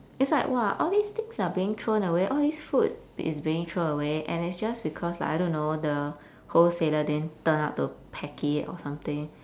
is like !wah! all this things are being thrown away all this food is being thrown away and it's just because like I don't know the wholesaler didn't turn up to pack it or something